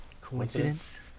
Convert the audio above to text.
coincidence